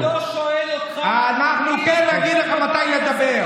אף אחד לא שואל אותך, אנחנו כן נגיד לך מתי לדבר.